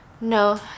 No